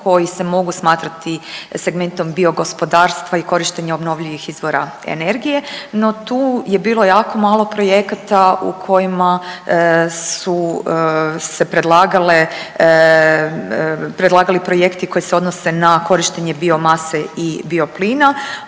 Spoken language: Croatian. koji se mogu smatrati segmentom biogospodarstva i korištenja obnovljivih izvora energije, no tu je bilo jako malo projekata u kojima su se predlagali projekti koji se odnose na projekte koji se odnose na